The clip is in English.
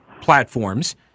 platforms